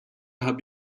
habe